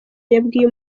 yabwiye